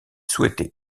souhaité